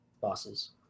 bosses